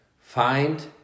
find